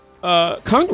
Congress